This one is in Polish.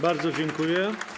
Bardzo dziękuję.